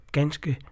ganske